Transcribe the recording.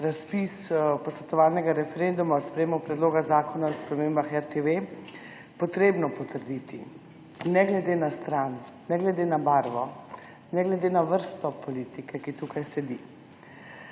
razpis posvetovalnega referenduma o sprejemu Predloga zakona o spremembah Zakona o RTV potrebno potrditi ne glede na stran, ne glede na barvo, ne glede na vrsto politike, ki tukaj sedi.